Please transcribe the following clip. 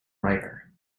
writer